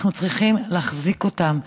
אנחנו צריכים להחזיק אותם,